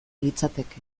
litzateke